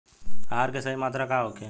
आहार के सही मात्रा का होखे?